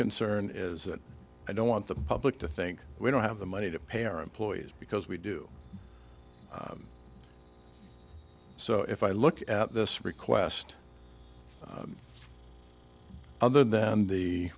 concern is that i don't want the public to think we don't have the money to pay our employees because we do so if i look at this request other